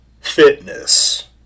fitness